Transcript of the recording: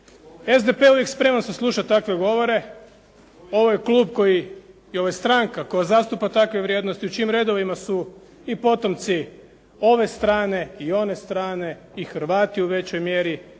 SDP je uvijek spreman saslušati takve govore. Ovo je klub koji i ovo je stranka koja zastupa takve vrijednosti u čijim redovima su i potomci i ove strane i one strane i Hrvati u većoj mjeri